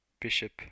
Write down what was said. bishop